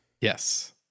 yes